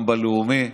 גם בלאומי.